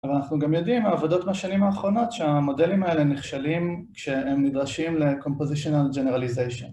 אבל אנחנו גם יודעים מהעבודות בשנים האחרונות שהמודלים האלה נכשלים כשהם נדרשים לקומפוזיציונל ג'נרליזיישן